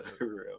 real